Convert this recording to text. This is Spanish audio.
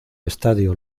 estadio